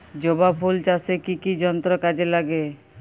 জবা ফুল চাষে কি কি যন্ত্র কাজে লাগে?